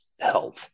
health